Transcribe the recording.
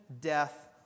death